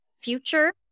future